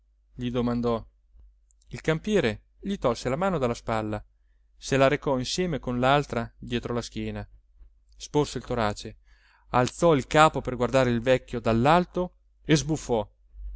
gli domandò il campiere gli tolse la mano dalla spalla se la recò insieme con l'altra dietro la schiena sporse il torace alzò il capo per guardare il vecchio dall'alto e sbuffò